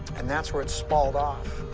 and that's where it spalled off.